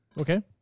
Okay